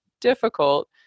difficult